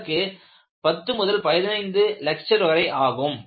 அதற்கு 10 முதல் 15 லெக்ச்சர் வரை ஆகும்